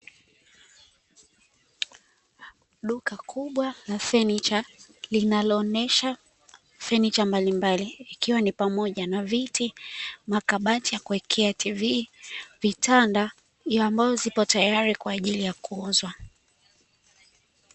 Duka kubwa la fenicha linaloonesha fenicha mbalimbali ikwa ni pamoja na viti, kabati ya kuwekea tv vitanda ambazo zipo tayari kwa ajili ya kuuzwa.